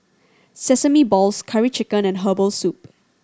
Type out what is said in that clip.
sesame balls Curry Chicken and herbal soup